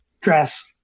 dress